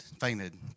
fainted